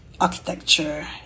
architecture